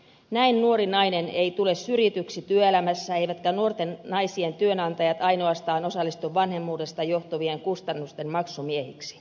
näin nuori nainen ei tule syrjityksi työelämässä eivätkä nuorten naisten työnantajat ainoastaan osallistu vanhemmuudesta johtuvien kustannusten maksumiehiksi